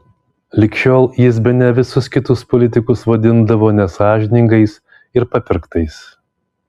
lig šiol jis bene visus kitus politikus vadindavo nesąžiningais ir papirktais